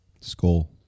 Skull